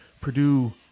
Purdue